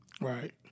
Right